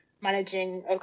managing